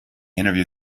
interview